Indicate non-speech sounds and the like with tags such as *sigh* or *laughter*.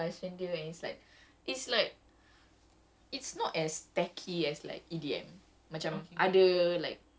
it's like !wah! I love him macam *noise* the dia punya beat dia punya percussion dia is like is like